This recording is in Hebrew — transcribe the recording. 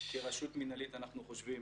כרשות מינהלית אנחנו חושבים